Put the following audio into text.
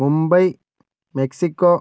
Mumbai Mexico